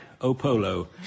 Opolo